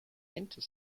inter